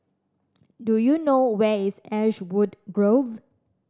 do you know where is Ashwood Grove